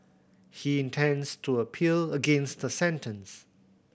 he intends to appeal against the sentence